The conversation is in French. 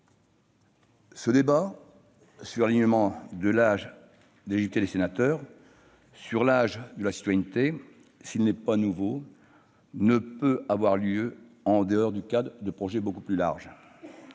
Ce débat relatif à l'alignement de l'âge d'éligibilité des sénateurs sur l'âge de la citoyenneté, s'il n'est pas nouveau, ne peut pas avoir lieu en dehors du cadre de projets plus larges.